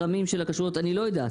הכשרויות.